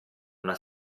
una